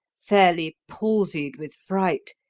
fairly palsied with fright,